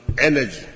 energy